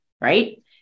Right